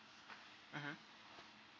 mmhmm